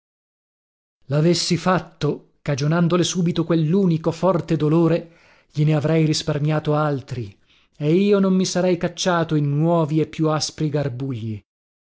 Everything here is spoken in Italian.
lavessi fatto cagionandole subito quellunico forte dolore gliene avrei risparmiato altri e io non mi sarei cacciato in nuovi e più aspri garbugli